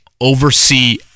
oversee